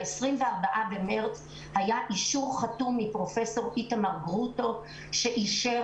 ב-24 במרץ היה אישור חתום מפרופ' איתמר גרוטו שאישר